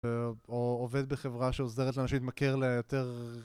ועובד בחברה שעוזרת לאנשים להתמכר ליותר.